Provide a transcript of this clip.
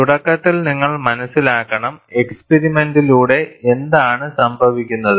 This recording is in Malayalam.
അതിനാൽ തുടക്കത്തിൽ നിങ്ങൾ മനസ്സിലാക്കണം എക്സ്പിരിമെന്റിലൂടെ എന്താണ് സംഭവിക്കുന്നത്